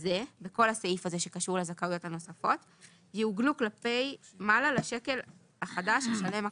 זה יעוגלו כלפי מעלה לשקל החדש השלם הקרוב.